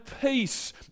peace